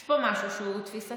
יש פה משהו שהוא תפיסתי.